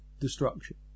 destruction